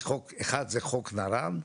הראשון הוא חוק נר"ן,